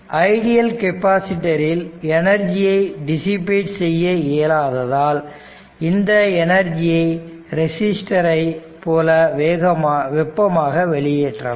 ideal capacitor இல் எனர்ஜியை dissipate செய்ய இயலாததால் இந்த எனர்ஜியை ரெசிஸ்டரை போல வெப்பமாக வெளியேற்றலாம்